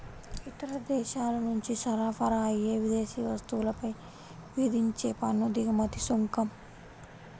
ఇతర దేశాల నుంచి సరఫరా అయ్యే విదేశీ వస్తువులపై విధించే పన్ను దిగుమతి సుంకం